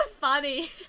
funny